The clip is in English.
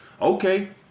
Okay